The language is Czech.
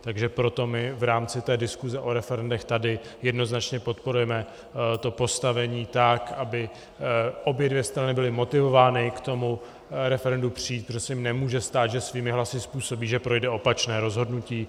Takže proto my v rámci té diskuse o referendech tady jednoznačně podporujeme to postavení tak, aby obě dvě strany byly motivovány k tomu referendu přijít, protože se nemůže stát, že svými hlasy způsobí, že projde opačné rozhodnutí.